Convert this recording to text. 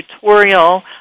tutorial